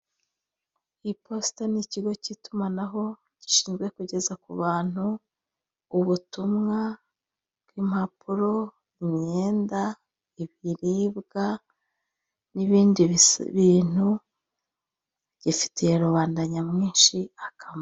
Iposita ni ikigo k'itumanaho gishinzwe kugeza ku bantu ubutumwa bw'impapuro, imyenda ibiribwa, n'ibindi bintu gifitiye rubanda nyamwinshi akamaro.